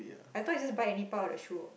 I thought is just bite any part of the shoe